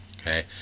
Okay